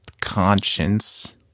conscience